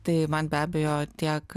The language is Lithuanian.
tai man be abejo tiek